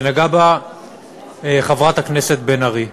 ונגעה בה חברת הכנסת בן ארי.